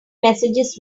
messages